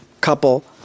couple